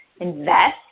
invest